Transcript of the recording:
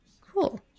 Cool